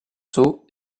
sauts